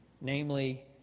Namely